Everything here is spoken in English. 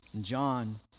John